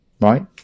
Right